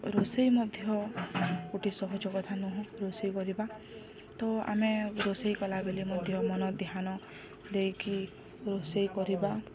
ରୋଷେଇ ମଧ୍ୟ ଗୋଟେ ସହଜ କଥା ନୁହେଁ ରୋଷେଇ କରିବା ତ ଆମେ ରୋଷେଇ କଲାବେଲେ ମଧ୍ୟ ମନ ଧ୍ୟାନ ଦେଇକି ରୋଷେଇ କରିବା